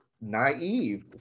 naive